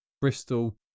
Bristol